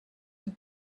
have